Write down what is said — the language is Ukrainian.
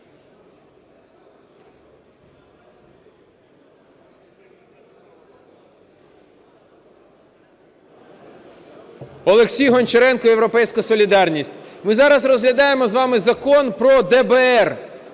Олексій Гончаренко, "Європейська солідарність". Ми зараз розглядаємо з вами Закон про ДБР.